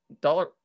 dollar